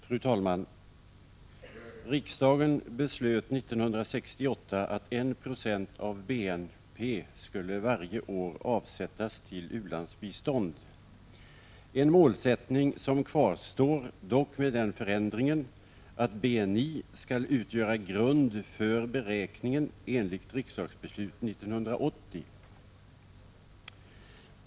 Fru talman! Riksdagen beslöt 1968 att 1 26 av BNP varje år skulle avsättas till u-landsbistånd. Det är en målsättning som kvarstår, dock med den förändringen att BNI skall utgöra grund för beräkningen enligt riksdagsbeslut 1980.